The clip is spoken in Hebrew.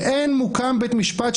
ואין מוקם בית משפט,